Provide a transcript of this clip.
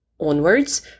onwards